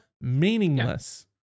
meaningless